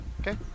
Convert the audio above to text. okay